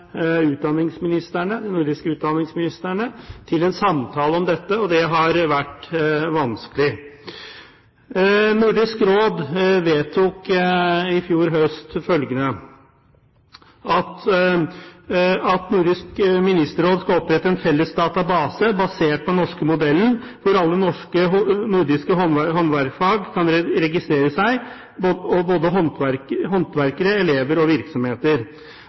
nordiske utdanningsministrene til en samtale om dette. Det har vært vanskelig. Nordisk Råd vedtok i fjor høst følgende: at Nordisk Ministerråd skal opprette en felles database basert på den norske modellen, hvor alle nordiske håndverksfag kan registreres – også håndverkere, elever og virksomheter at de relevante myndighetene i landet skal sikre at elever